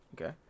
Okay